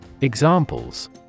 Examples